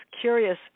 curious